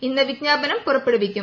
ഇന്ന് വിജ്ഞാപനം പുറപ്പെടുവിക്കും